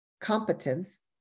competence